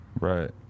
Right